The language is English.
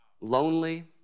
lonely